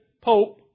Pope